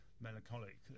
melancholic